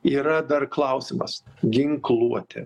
yra dar klausimas ginkluotė